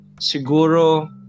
Siguro